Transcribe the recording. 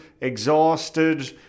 exhausted